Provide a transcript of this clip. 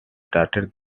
started